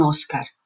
Oscar